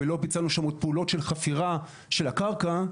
ולא ביצענו שם עוד פעולות של חפירה של הקרקע,